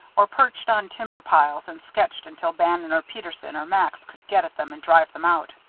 or perched on timber piles and sketched until bannon or peterson or max could get at them and drive them out.